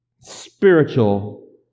Spiritual